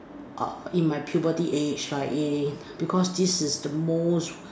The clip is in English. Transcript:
uh in my puberty age like eighteen because this is the most